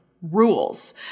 rules